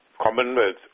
Commonwealth